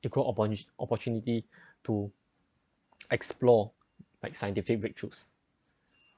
it called opport~ opportunity to explore like scientific breakthroughs